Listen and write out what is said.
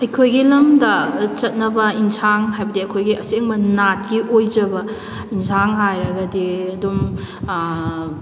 ꯑꯩꯈꯣꯏꯒꯤ ꯂꯝꯗ ꯆꯠꯅꯕ ꯌꯦꯟꯁꯥꯡ ꯍꯥꯏꯕꯗꯤ ꯑꯩꯈꯣꯏꯒꯤ ꯑꯁꯦꯡꯕ ꯅꯥꯠꯀꯤ ꯑꯣꯏꯖꯕ ꯌꯦꯟꯖꯥꯡ ꯍꯥꯏꯔꯒꯗꯤ ꯑꯗꯨꯝ